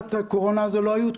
ברשותך, אני רוצה להתייחס.